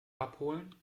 abholen